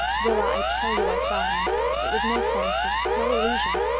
rilla, i tell you i saw him it was no fancy no illusion.